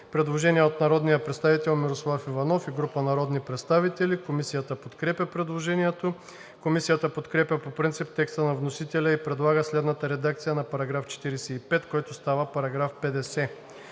Предложение на народния представител Мирослав Иванов и група народни представители. Комисията подкрепя предложението. Комисията подкрепя по принцип текста на вносителя и предлага следната редакция на § 45, който става § 50: „§ 50.